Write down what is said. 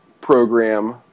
program